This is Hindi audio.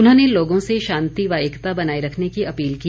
उन्होंने लोगों से शांति व एकता को बनाए रखने की अपील की